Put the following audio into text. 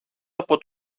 από